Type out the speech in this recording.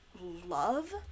love